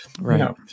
right